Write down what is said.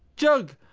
jug!